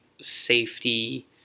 safety